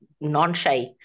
non-shy